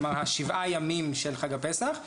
כלומר שבעה ימים של חג הפסח.